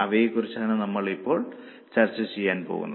അവയെക്കുറിച്ചാണ് നമ്മൾ ഇപ്പോൾ ചർച്ച ചെയ്യാൻ പോകുന്നത്